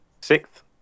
sixth